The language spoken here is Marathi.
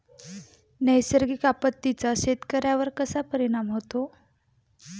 नैसर्गिक आपत्तींचा शेतकऱ्यांवर कसा परिणाम होतो?